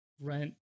rent